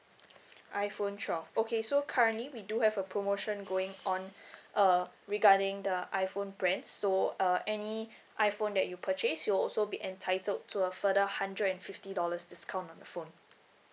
iphone twelve okay so currently we do have a promotion going on uh regarding the iphone brands so uh any iphone that you purchase you'll also be entitled to a further hundred and fifty dollars discount on the phone